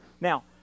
Now